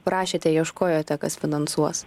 prašėte ieškojote kas finansuos